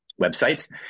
websites